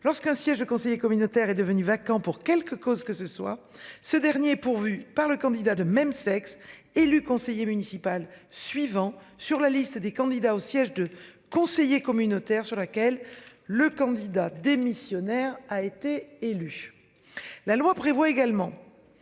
lorsqu'un siège de conseiller communautaire est devenu vacant pour quelque cause que ce soit ce dernier pourvu par le candidat de même sexe. Élu conseiller municipal suivant sur la liste des candidats au siège de conseiller communautaire sur laquelle le candidat démissionnaire a été élu. La loi prévoit également.